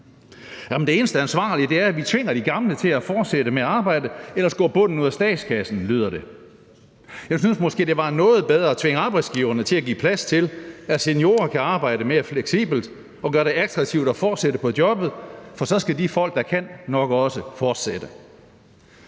det eneste ansvarlige er, at vi tvinger de gamle til at fortsætte med at arbejde, for ellers går bunden ud af statskassen, lyder det. Jeg synes måske, det var noget bedre at tvinge arbejdsgiverne til at give plads til, at seniorer kan arbejde mere fleksibelt, og gøre det attraktivt at fortsætte på jobbet, for så skal de folk, der kan, nok også fortsætte.